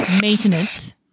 maintenance